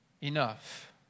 enough